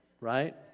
right